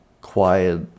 quiet